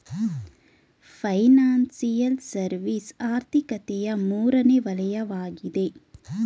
financial service ಆರ್ಥಿಕತೆಯ ಮೂರನೇ ವಲಯವಗಿದೆ